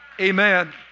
Amen